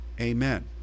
amen